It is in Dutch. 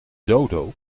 dodo